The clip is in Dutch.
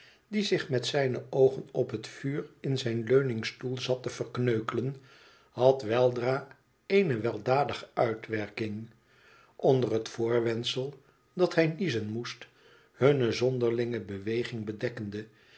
die zich met zijne oogen op het vuur in zijn leuningstoel zat te verkneukelen had weldra eene weliiadige uitwerking onder het voorwendsel dat hij niezen moest hunne zonderlinge beweging bedekkende